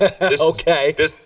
Okay